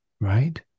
Right